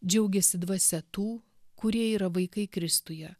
džiaugiasi dvasia tų kurie yra vaikai kristuje